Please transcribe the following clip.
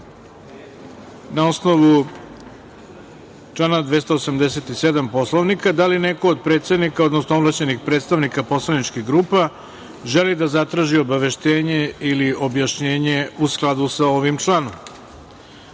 na osnovu člana 287. Poslovnika, da li neko od predsednika, odnosno ovlašćenih predstavnika poslaničkih grupa želi da zatraži obaveštenje ili objašnjenje u skladu sa ovim članom? Reč